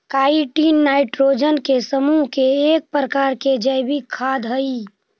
chitin nitrogen के समूह के एक प्रकार के जैविक खाद हई